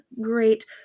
great